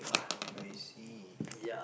I see